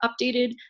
updated